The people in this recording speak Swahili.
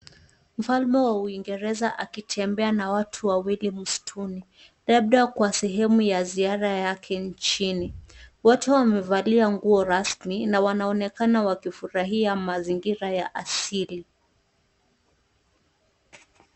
Mfalme wa uingereza akitembea na watu wawili msituni labda kwa sehemu ya ziara yake nchini. Wote wamevalia nguo rasmi na wanaonekana wakifurahia mazingira ya asili.